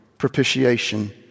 Propitiation